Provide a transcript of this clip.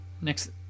next